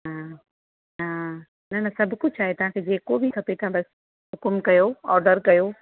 हा हा न न सभु कुझु आहे तव्हांखे जेको बि खपे तव्हां बसि हुकुमु कयो ऑडर कयो